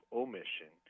omission